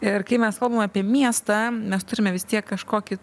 ir kai mes kalbam apie miestą mes turime vis tiek kažkokį